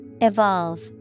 Evolve